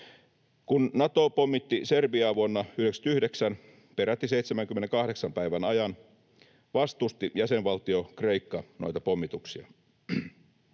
Kun Nato pommitti Serbiaa vuonna 99 peräti 78 päivän ajan, vastusti jäsenvaltio Kreikka noita pommituksia.